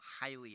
highly